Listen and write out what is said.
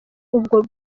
ubwo